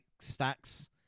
Stacks